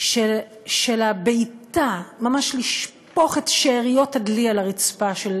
של הבעיטה, ממש לשפוך את שאריות הדלי על הרצפה, של